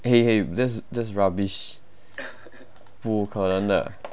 !hey! !hey! that's that's rubbish 不可能的